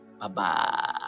bye-bye